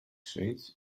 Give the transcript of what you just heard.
suits